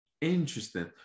Interesting